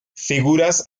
figuras